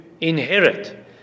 inherit